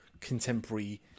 contemporary